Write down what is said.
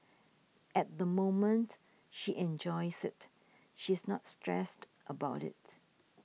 at the moment she enjoys it she's not stressed about it